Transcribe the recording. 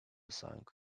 sunk